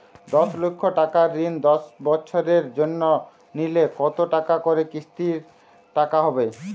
দশ লক্ষ টাকার ঋণ দশ বছরের জন্য নিলে কতো টাকা করে কিস্তির টাকা হবে?